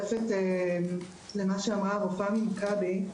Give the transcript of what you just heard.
מצטרפת למה שאמרה הרופאה ממכבי.